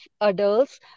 adults